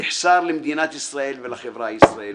ותחסר למדינת ישראל ולחברה הישראלית.